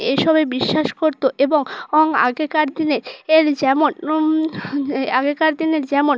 এসবে বিশ্বাস করতো এবং অং আগেকার দিনে এর যেমন আগেকার দিনের যেমন